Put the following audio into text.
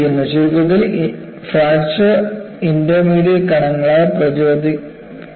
ചുരുക്കത്തിൽ fracture intermediate കണങ്ങളാൽ പ്രചോദിപ്പിക്കപ്പെടുന്നു